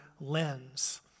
lens